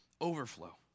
overflow